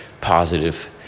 positive